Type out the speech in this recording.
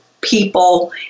people